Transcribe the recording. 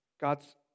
God's